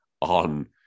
on